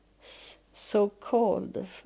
so-called